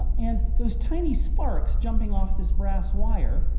and those tiny sparks jumping off this brass wire,